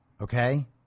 Okay